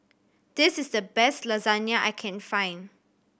this is the best Lasagna I can find